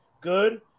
Good